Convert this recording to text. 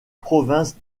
province